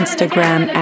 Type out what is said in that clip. Instagram